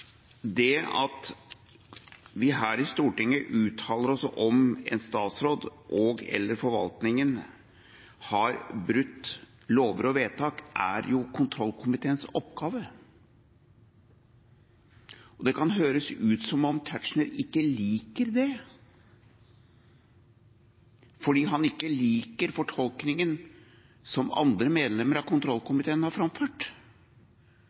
Det at vi her i Stortinget uttaler oss om hvorvidt en statsråd og/eller forvaltningen har brutt lover og vedtak, er jo kontrollkomiteens oppgave. Det kan høres ut som om Tetzschner ikke liker det, fordi han ikke liker fortolkningen som andre medlemmer av kontrollkomiteen har framført.